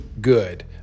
good